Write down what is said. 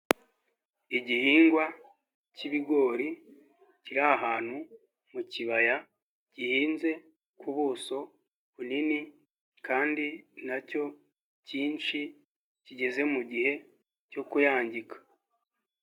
Igihingwa cy'ibigori kiri ahantu mu kibaya, gihinze ku buso bunini kandi nacyo cyinshi kigeze mu mugihe cyo kubangika.